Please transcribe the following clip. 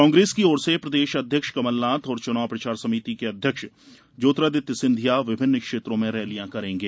कांग्रेस की ओर से प्रदेश अध्यक्ष कमलनाथ और चुनाव प्रचार समित के अध्यक्ष ज्योतिरादित्य सिंधिया विभिन्न क्षेत्रों में रैलियां करेंगे